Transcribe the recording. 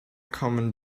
kommen